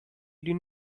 did